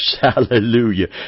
hallelujah